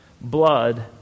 blood